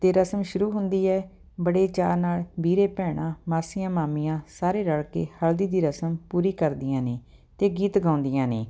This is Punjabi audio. ਅਤੇ ਰਸਮ ਸ਼ੁਰੂ ਹੁੰਦੀ ਹੈ ਬੜੇ ਚਾਅ ਨਾਲ ਵੀਰੇ ਭੈਣਾਂ ਮਾਸੀਆਂ ਮਾਮੀਆਂ ਸਾਰੇ ਰਲ ਕੇ ਹਲ਼ਦੀ ਦੀ ਰਸਮ ਪੂਰੀ ਕਰਦੀਆਂ ਨੇ ਅਤੇ ਗੀਤ ਗਾਉਂਦੀਆਂ ਨੇ